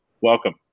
welcome